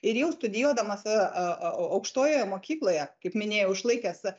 ir jau studijuodamas a aukštojoje mokykloje kaip minėjau išlaikęs